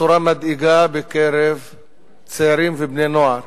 בצורה מטרידה בקרב צעירים ובני-נוער.